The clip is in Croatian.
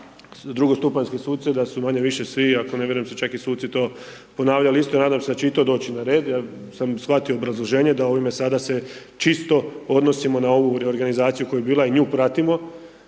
drugostupanjske suce, da su manje-više svi, ako ne vjerujem su čak i suci to ponavljali, isto nadam se da će i to doći na red jer sam shvatio obrazloženje da ovime sada se čisto odnosimo na ovu reorganizaciju koja je bila i nju pratimo